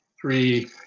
three